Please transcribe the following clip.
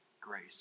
grace